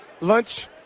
Lunch